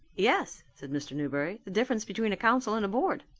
yes, said mr. newberry, the difference between a council and a board.